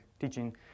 teaching